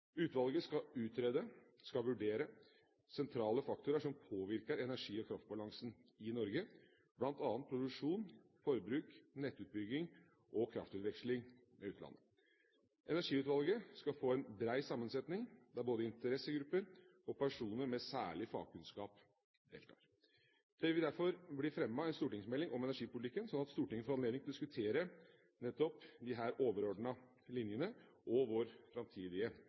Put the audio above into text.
Utvalget skal utrede, vurdere, sentrale faktorer som påvirker energi- og kraftbalansen i Norge, bl.a. produksjon, forbruk, nettutbygging og kraftutveksling med utlandet. Energiutvalget skal få en bred sammensetning der både interessegrupper og personer med særlig fagkunnskap deltar. Det vil derfor bli fremmet en stortingsmelding om energipolitikken, slik at Stortinget får anledning til å diskutere nettopp disse overordnede linjene og vår framtidige